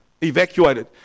evacuated